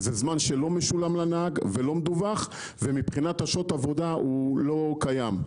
זה זמן שלא משולם לנהג ולא מדווח ומבחינת שעות עבודה הוא לא קיים.